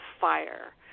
fire